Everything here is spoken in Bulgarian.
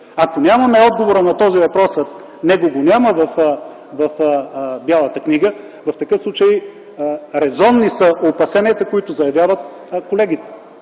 Ако нямаме отговора на този въпрос, а него го няма в Бялата книга, в такъв случай резонни са опасенията, които заявяват колегите.